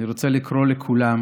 אני רוצה לקרוא לכולם